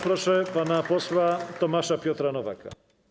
Proszę pana posła Tomasza Piotra Nowaka.